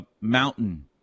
mountain